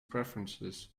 preferences